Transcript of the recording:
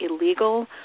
illegal